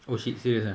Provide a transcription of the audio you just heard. oh shit serious ah